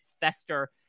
fester